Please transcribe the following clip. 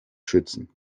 schützen